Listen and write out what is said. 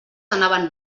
anaven